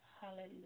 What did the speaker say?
hallelujah